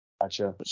Gotcha